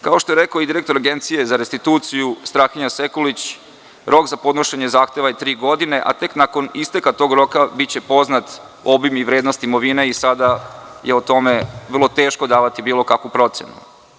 Kao što je rekao i direktor Agencije za restituciju Strahinja Sekulić, rok za podnošenje zahteve je tri godine, a tek nakon isteka tog roka biće poznat obim i vrednost imovine i sada je o tome vrlo teško davati bilo kakvu procenu.